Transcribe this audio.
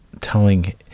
telling